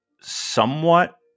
somewhat